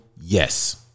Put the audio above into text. Yes